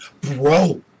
Bro